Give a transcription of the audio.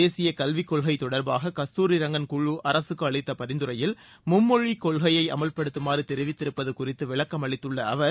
தேசிய கல்விக் கொள்கை தொடர்பாக கஸ்தூரிரங்கன் குழு அரசுக்கு அளித்த பரிந்துரையில் மும்மொழிக் கொள்கையை அமல்படுத்துமாறு தெரிவித்திருப்பது குறித்து விளக்கமளித்துள்ள அவர்